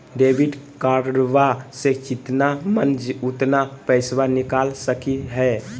Debit कार्डबा से जितना मन उतना पेसबा निकाल सकी हय?